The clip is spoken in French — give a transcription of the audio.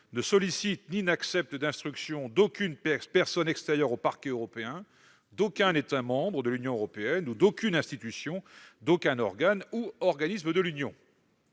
ne sollicitent ni n'acceptent d'instructions d'aucune personne extérieure au Parquet européen, d'aucun État membre de l'Union européenne, ou d'aucune institution, d'aucun organe ou organisme de l'Union.